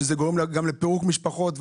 שזה גורם גם לפירוק משפחות.